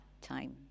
time